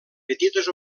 petites